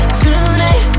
tonight